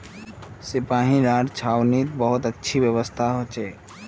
सिपाहि लार छावनीत बहुत अच्छी व्यवस्था हो छे